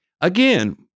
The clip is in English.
again